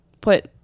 put